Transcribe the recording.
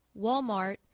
Walmart